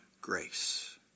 grace